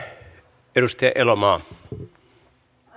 arvoisa puhemies